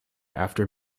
after